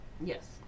Yes